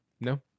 No